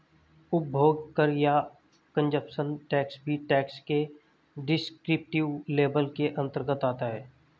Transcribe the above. उपभोग कर या कंजप्शन टैक्स भी टैक्स के डिस्क्रिप्टिव लेबल के अंतर्गत आता है